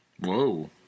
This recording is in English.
Whoa